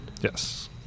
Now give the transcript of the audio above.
yes